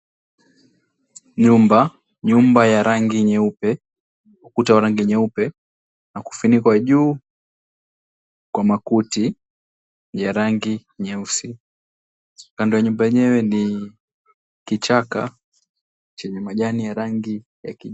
Nyumba ya rangi nyeupe, ukuta wa rangi nyeupe kufinikwa juu kwa makuti ya rangi nyeusi. Kando ya nyumba yenyewe ni kichaka chenye majani ya rangi ya kijani.